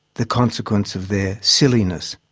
the consequence of their silliness.